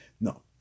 No